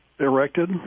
Erected